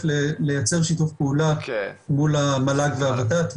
לייצר שיתוף פעולה מול המל"ג והות"ת,